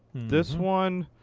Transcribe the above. this one,